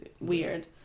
weird